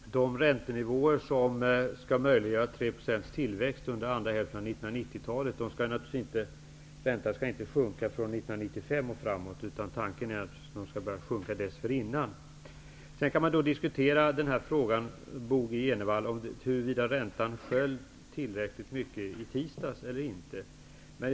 Herr talman! De räntesänkningar som skall möjliggöra 3 % tillväxt under andra hälften av 1990-talet skall naturligtvis inte ske från 1995 och framåt, utan tanken är att räntorna skall börja sjunka dessförinnan. Sedan kan man diskutera, Bo G Jenevall, huruvida räntan föll tillräckligt mycket eller inte i tisdags.